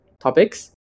topics